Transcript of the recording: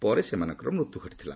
ପରେ ସେମାନଙ୍କର ମୃତ୍ୟୁ ଘଟିଥିଲା